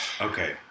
Okay